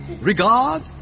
Regard